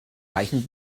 reichen